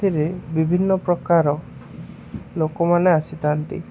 ସେଥିରେ ବିଭିନ୍ନ ପ୍ରକାର ଲୋକମାନେ ଆସିଥାନ୍ତି